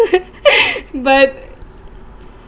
but